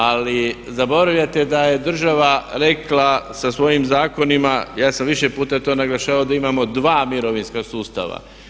Ali zaboravljate da je država rekla sa svojim zakonima, ja sam više puta to naglašavao da imamo dva mirovinska sustava.